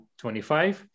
25